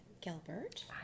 Gilbert